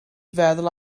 feddwl